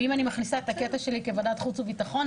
ואם אני מכניסה את הקטע שלי כוועדת חוץ וביטחון,